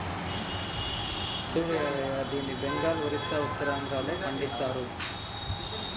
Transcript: సూడు యాదయ్య దీన్ని బెంగాల్, ఒరిస్సా, ఉత్తరాంధ్రలో పండిస్తరు